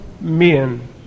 men